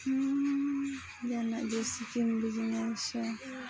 ᱡᱟᱦᱟᱱᱟᱜ ᱡᱮᱥᱮ ᱠᱤᱢ ᱵᱤᱡᱽᱱᱮᱥᱟ